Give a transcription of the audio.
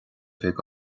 chuig